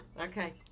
Okay